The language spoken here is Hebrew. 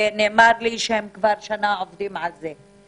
ונאמר לי שהם כבר עובדים על זה כבר שנה.